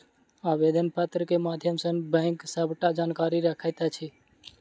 आवेदन पत्र के माध्यम सॅ बैंक सबटा जानकारी रखैत अछि